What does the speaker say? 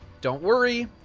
don't worry,